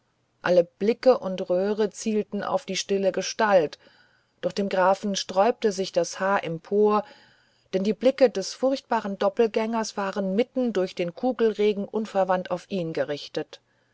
alle blicke und röhre zielten auf die stille gestalt doch dem grafen sträubte sich das haar empor denn die blicke des furchtbaren doppelgängers waren mitten durch den kugelregen unverwandt auf ihn gerichtet